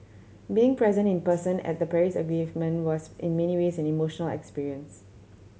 being present in person at the Paris Agreement was in many ways an emotional experience